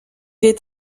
est